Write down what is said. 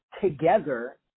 together